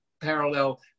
parallel